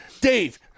Dave